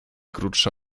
krótsza